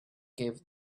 gave